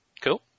Cool